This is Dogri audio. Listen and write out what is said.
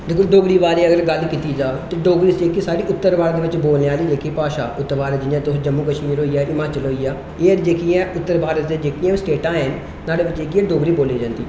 दिक्खो डोगरी दे बारे च अगर गल्ल कीती जा तां डोगरी जेह्की साढ़ी उत्तर भारत बिच बोलने आह्ली जेह्की भाशा उत्तर भारत जि'यां तोहें जम्मू कश्मीर होइ गेआ हिमाचल होई गेआ एह् जेह्की ऐ उत्तर भारत दियां जेह्कियां बी स्टेटां हैन साढ़े जेह्कियां डोगरी बोल्ली जंदी ऐ